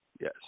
yes